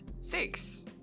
Six